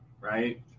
right